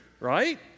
right